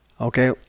Okay